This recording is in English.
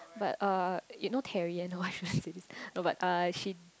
but uh you know Terry and no I don't want to say this no but uh she